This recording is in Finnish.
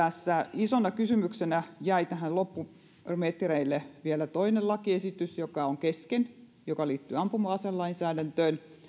isona kysymyksenä jäi tähän loppumetreille vielä toinen lakiesitys joka on kesken joka liittyy ampuma aselainsäädäntöön